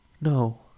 No